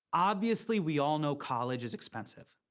obviously, we all know college is expensive.